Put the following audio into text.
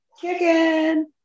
Chicken